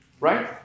Right